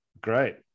Great